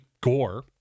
Gore